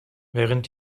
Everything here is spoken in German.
während